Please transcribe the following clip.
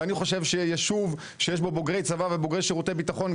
ואני חושב שישוב שיש בו בוגרי צבא ובוגרי שירותי הביטחון,